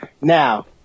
Now